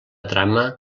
trama